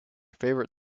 favorite